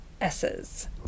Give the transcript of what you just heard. S's